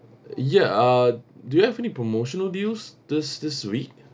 ya uh do you have any promotional deals this this week